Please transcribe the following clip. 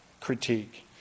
critique